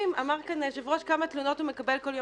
אמר כאן היושב-ראש כמה תלונות הוא מקבל בכל יום.